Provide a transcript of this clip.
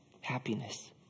Happiness